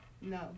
No